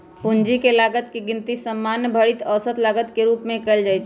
पूंजी के लागत के गिनती सामान्य भारित औसत लागत के रूप में कयल जाइ छइ